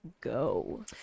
go